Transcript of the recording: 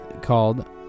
called